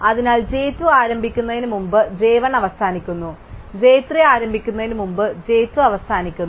അതിനാൽ j 2 ആരംഭിക്കുന്നതിന് മുമ്പ് j 1 അവസാനിക്കുന്നു j 3 ആരംഭിക്കുന്നതിന് മുമ്പ് j 2 അവസാനിക്കുന്നു